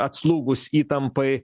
atslūgus įtampai